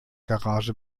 garage